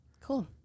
Cool